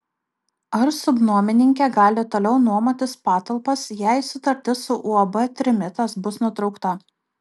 ar subnuomininkė gali toliau nuomotis patalpas jei sutartis su uab trimitas bus nutraukta